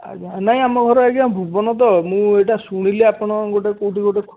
ଆଜ୍ଞା ନାଇଁ ଆମ ଘର ଆଜ୍ଞା ଭୁବନ ତ ମୁଁ ଏଇଟା ଶୁଣିଲି ଆପଣ ଗୋଟେ କେଉଁଠି ଗୋଟେ